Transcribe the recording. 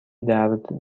درد